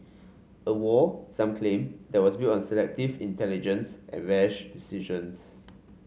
a war some claim that was built on selective intelligence and rash decisions